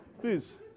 Please